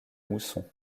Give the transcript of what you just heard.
mousson